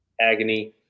agony